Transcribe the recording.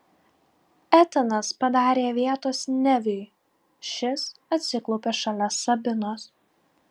etanas padarė vietos neviui šis atsiklaupė šalia sabinos